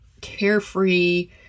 carefree